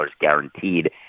guaranteed